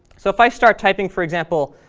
so if i start typing, for example,